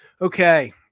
Okay